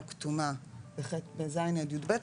או כתומה ב-ז' עד י"ב,